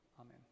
Amen